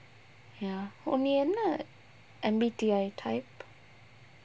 ya நீ என்ன:nee enna M_B_T_I type